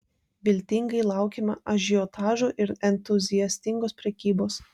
viltingai laukiama ažiotažo ir entuziastingos prekybos